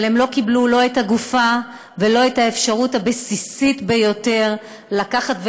אבל הן לא קיבלו לא את הגופה ולא את האפשרות הבסיסית ביותר לבצע